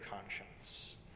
conscience